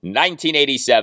1987